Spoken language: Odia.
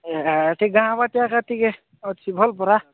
ଏଠି ଗାଁ ଟିକେ ଅଛି ଭଲ ପରା